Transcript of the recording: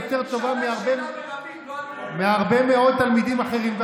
יותר טובה מהרבה מאוד תלמידים אחרים.